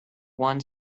one